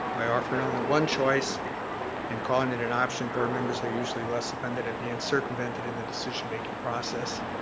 by offering only one choice and calling it an option board members are usually less offended at being circumvented in the decision-making process.